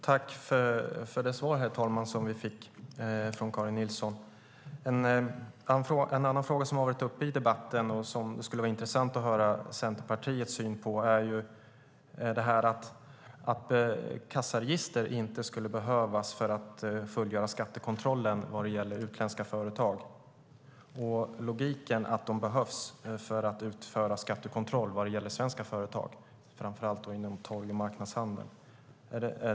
Herr talman! Jag tackar Karin Nilsson för svaret. En annan fråga som har varit uppe i debatten och som det skulle vara intressant att höra Centerpartiets syn på är att kassaregister inte skulle behövas för att fullgöra skattekontrollen vad gäller utländska företag och logiken att de behövs för att utföra skattekontroll vad gäller svenska företag, framför allt inom torg och marknadshandeln.